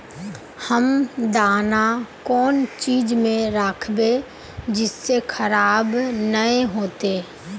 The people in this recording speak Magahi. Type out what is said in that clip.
हम दाना कौन चीज में राखबे जिससे खराब नय होते?